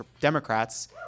Democrats